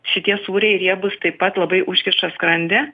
šitie sūriai riebūs taip pat labai užkiša skrandį